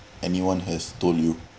anyone has told you